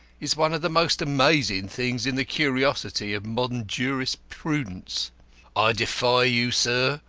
is one of the most amazing things in the curiosities of modern jurisprudence. i defy you, sir,